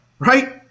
Right